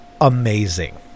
Amazing